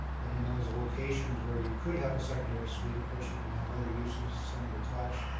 but in those locations where you could have a secondary suite, of course you can have other uses. semi-detached,